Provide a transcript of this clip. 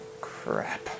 crap